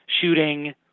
shooting